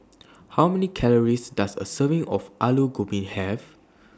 How Many Calories Does A Serving of Alu Gobi Have